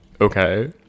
Okay